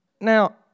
Now